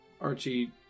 Archie